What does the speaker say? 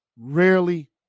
rarely